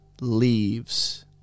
leaves